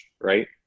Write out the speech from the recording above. right